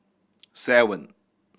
seven